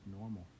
normal